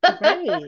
Right